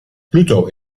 pluto